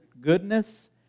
goodness